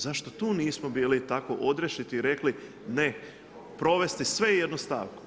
Zašto tu nismo bili tako odrješiti i rekli, ne provesti, sve i jednu stavku.